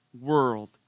world